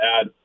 add